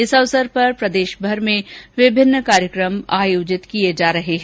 इस अवसर पर प्रदेशभर में विभिन्न कार्यक्रम आयोजित किये जा रहे हैं